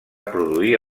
produir